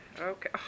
Okay